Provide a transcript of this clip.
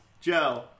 Joe